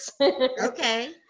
Okay